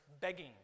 begging